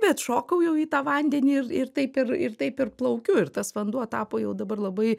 bet šokau jau į tą vandenį ir taip ir ir taip ir plaukiu ir tas vanduo tapo jau dabar labai